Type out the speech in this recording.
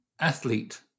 athlete